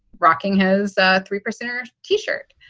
rocking his three percenter t-shirt.